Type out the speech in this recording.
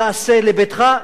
תעשה לביתך?